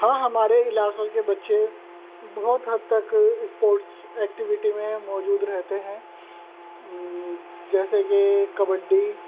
ہاں ہمارے علاقہ کے بچے بہت حد تک اسپورٹس ایکٹیویٹی میں موجود رہتے ہیں جیسے کہ کبڈی